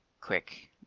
quick